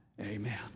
amen